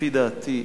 לפי דעתי,